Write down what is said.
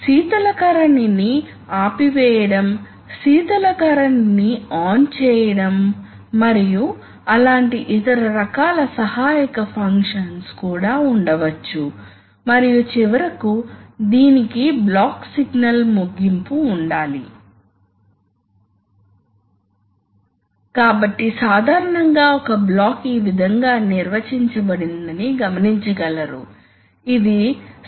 ఇది ఒక ఉదాహరణ మాత్రమే ఈ షటిల్ వాల్వ్స్ ను క్యాస్కేడ్ చేయడం చూడవచ్చు మీకు మూడు ఇన్పుట్ OR గేట్ కూడా ఉండవచ్చని మీకు తెలుసు ఇది ఈ సమయంలో మీరు ఎప్పుడు A OR B మరియు అప్పుడు అది ఒక పోర్టు కు వర్తించబడుతుంది కాబట్టి చివరకు మీకు A OR B OR C ఉన్నప్పుడు ప్రెషర్ సిస్టం కు వర్తించబడుతుంది కాబట్టి ఇది త్రి ఇన్పుట్ OR ఇది త్రి ఇన్పుట్ OR